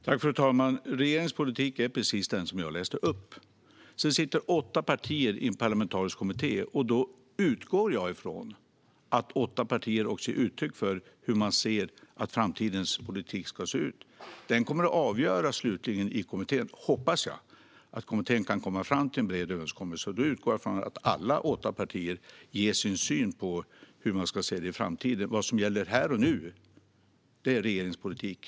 Fru talman! Regeringens politik är precis den som jag läste upp. Så har vi åtta partier som sitter i en parlamentarisk kommitté, och jag utgår från att åtta partier också ger uttryck för hur man vill att framtidens politik ska se ut. Det kommer slutligen att avgöras i kommittén - hoppas jag. Jag hoppas att kommittén kan komma fram till en bred överenskommelse, och då utgår jag från att alla de åtta partierna ger sin syn på hur det ska se ut i framtiden. Vad som gäller här och nu är regeringens politik.